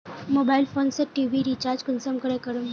Mobile phone TV टी.वी रिचार्ज कुंसम करे करूम?